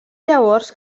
llavors